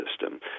system